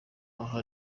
aho